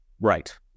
Right